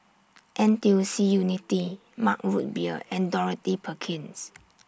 N T U C Unity Mug Root Beer and Dorothy Perkins